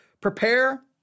prepare